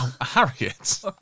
Harriet